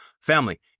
Family